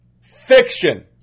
fiction